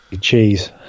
Cheese